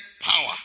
power